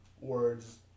words